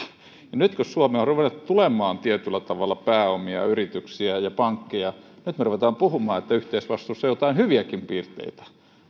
nyt kun suomeen on ruvennut tulemaan tietyllä tavalla pääomia yrityksiä ja ja pankkeja nyt me rupeamme puhumaan että yhteisvastuussa on jotain hyviäkin piirteitä